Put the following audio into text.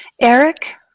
eric